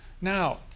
Now